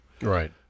Right